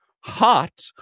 hot